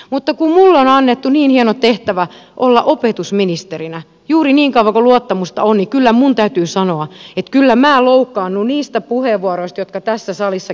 mutta kun minulle on annettu niin hieno tehtävä olla opetusministerinä juuri niin kauan kuin luottamusta on niin kyllä minun täytyy sanoa että kyllä minä loukkaannun niistä puheenvuoroista jotka tässä salissa